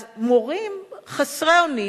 אז מורים חסרי אונים,